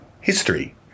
history